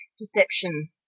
perception